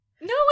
No